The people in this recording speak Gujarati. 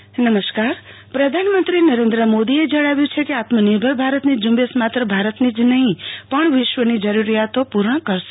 મંત્રી મોદી આત્મનિર્ભર પ્રધાનમંત્રી નરેન્દ્ર મોદીએ જણાવ્યું છે કે આત્મનિર્ભર ભારતની ઝુંબેશ માત્ર ભારતની નહી પણ વિશ્વની જરૂરીયાતો પુર્ણ કરશે